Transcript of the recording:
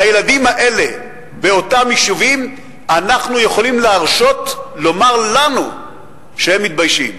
לילדים האלה באותם יישובים אנחנו יכולים להרשות לומר לנו שהם מתביישים.